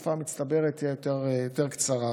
התקופה המצטברת תהיה יותר קצרה.